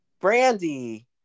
brandy